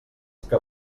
que